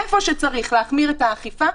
איפה שצריך להחמיר את האכיפה,